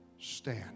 stand